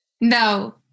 no